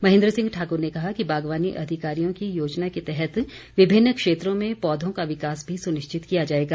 महेन्द्र सिंह ठाकुर ने कहा कि बागवानी अधिकारियों की योजना के तहत विभिन्न क्षेत्रों में पौधों का विकास भी सुनिश्चित किया जाएगा